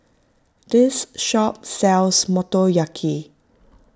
this shop sells Motoyaki